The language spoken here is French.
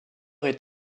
est